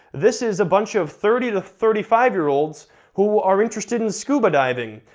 this is a bunch of thirty to thirty five year olds who are interested in scuba diving,